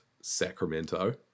Sacramento